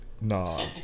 nah